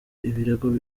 ibirego